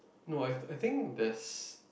no I I think that's